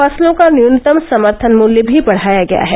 फसलों का न्यूनतम समर्थन मुल्य भी बढाया गया है